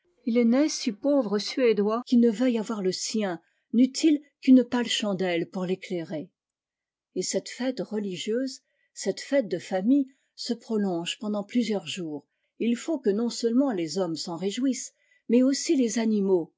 il n'est si pauvre suédois qui ne veuille avoir le sien neùt il qu'une pâle chandelle pour l'éclairer et cette fête religieuse cette fête de famille se prolonge pendant plusieurs jours et il faut que non-seulement les hommes s'en réjouissent mais aussi les animaux